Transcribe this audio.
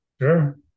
Sure